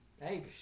Hey